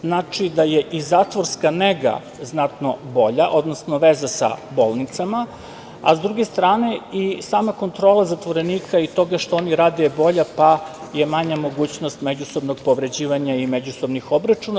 Znači, da je i zatvorska nega znatno bolja, odnosno veza sa bolnicama, a sa druge strane i sama kontrola zatvorenika i toga što oni rade je bolja, pa je manja mogućnost međusobnog povređivanja i međusobnih obračuna.